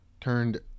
turned